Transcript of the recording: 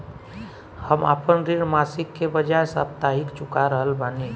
हम आपन ऋण मासिक के बजाय साप्ताहिक चुका रहल बानी